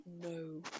no